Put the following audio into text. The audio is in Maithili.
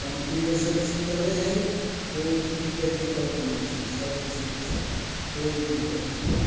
पम्पियो सेटसँ चलय हइ कोइ चीजके दिक्कत नहि छै सब ठीक छै कोइ दिक्कत नहि